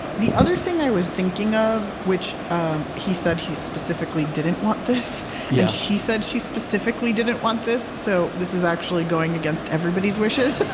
the other thing i was thinking of, which um he said, he specifically didn't want this. and yeah she said, she specifically didn't want this so this is actually going against everybody's wishes